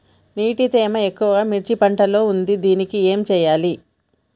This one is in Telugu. నీటి తేమ ఎక్కువ మిర్చి పంట లో ఉంది దీనికి ఏం చేయాలి?